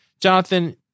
Jonathan